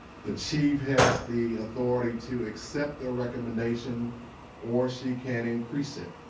the chief has the authority to accept the recommendation or she can increase it.